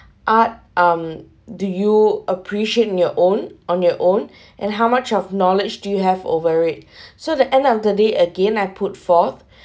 art um do you appreciate in your own on your own and how much of knowledge do you have over it so the end of the day again I put forth